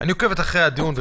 אני עוקבת אחרי הדיון...